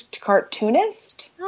cartoonist